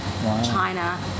China